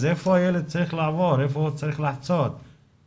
איפה הילד צריך לחצות במצב כזה?